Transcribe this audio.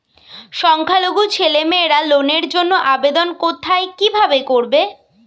সংখ্যালঘু ছেলেমেয়েরা লোনের জন্য আবেদন কোথায় কিভাবে করবে?